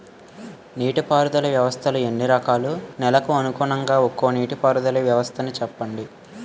నీటి పారుదల వ్యవస్థలు ఎన్ని రకాలు? నెలకు అనుగుణంగా ఒక్కో నీటిపారుదల వ్వస్థ నీ చెప్పండి?